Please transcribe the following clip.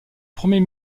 premier